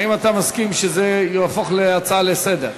האם אתה מסכים שזה יהפוך להצעה לסדר-היום?